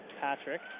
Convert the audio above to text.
Patrick